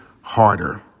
Harder